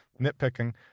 Nitpicking